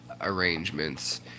arrangements